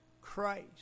Christ